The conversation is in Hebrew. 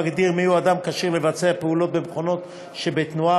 המגדיר מיהו אדם הכשיר לבצע פעולות במכונות שבתנועה,